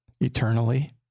eternally